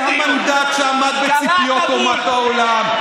זה המנדט היחיד שעמד בציפיות אומות העולם.